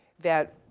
that